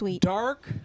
dark